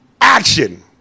Action